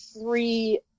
three